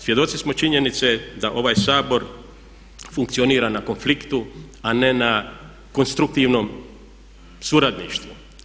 Svjedoci smo činjenice da ovaj Sabor funkcionira na konfliktu a ne na konstruktivnom suradništvu.